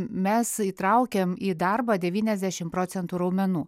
mes įtraukiam į darbą devyniasdešim procentų raumenų